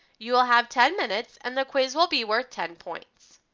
you will have ten minutes and the quiz will be worth ten points.